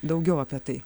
daugiau apie tai